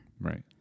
Right